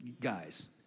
guys